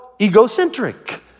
egocentric